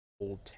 old